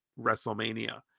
wrestlemania